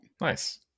Nice